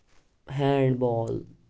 hand ball